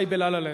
חי ב"לה לה לנד".